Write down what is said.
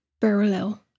parallel